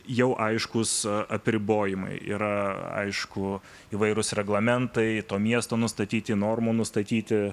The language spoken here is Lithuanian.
jau aiškūs apribojimai yra aišku įvairūs reglamentai to miesto nustatyti normų nustatyti